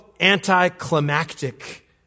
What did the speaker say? anticlimactic